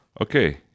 Okay